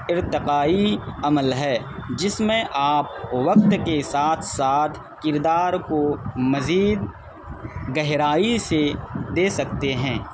ارتقائی عمل ہے جس میں آپ وقت کے ساتھ ساتھ کردار کو مزید گہرائی سے دے سکتے ہیں